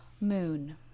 Moon